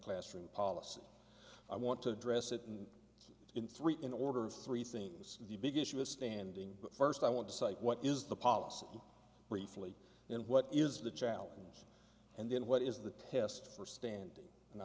classroom policy i want to address it and in three in order of three things the big issue is standing but first i want to cite what is the policy briefly and what is the challenge and then what is the test for standing and i